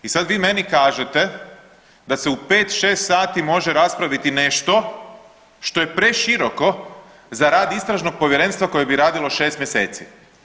I sad vi meni kažete da se u 5-6 može raspraviti nešto što je preširoko za rad istražnog povjerenstva koje bi radilo 6 mjeseci.